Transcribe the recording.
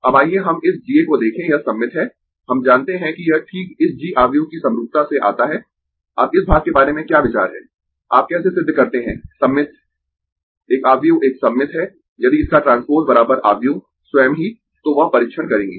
अब आइए हम इस GA को देखें यह सममित है हम जानते है कि यह ठीक इस G आव्यूह की समरूपता से आता है अब इस भाग के बारे में क्या विचार है आप कैसे सिद्ध करते है सममित एक आव्यूह एक सममित है यदि इसका ट्रांसपोज आव्यूह स्वयं ही तो वह परीक्षण करेंगें